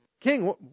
king